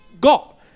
got